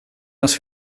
dass